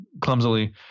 clumsily